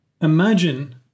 imagine